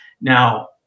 Now